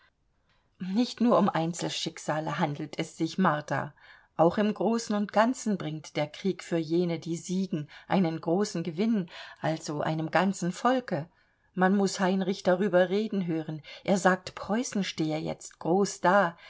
nicht nur um einzelschicksale handelt es sich martha auch im großen und ganzen bringt der krieg für jene die siegen einen großen gewinn also einem ganzen volke man muß heinrich darüber reden hören er sagt preußen stehe jetzt groß da